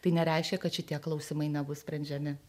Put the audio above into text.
tai nereiškia kad šitie klausimai nebus sprendžiami